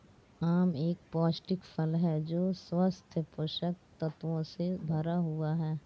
आम एक पौष्टिक फल है जो स्वस्थ पोषक तत्वों से भरा हुआ है